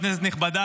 כנסת נכבדה,